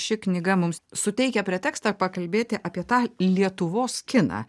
ši knyga mums suteikia pretekstą pakalbėti apie tą lietuvos kiną